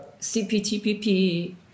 CPTPP